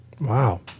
Wow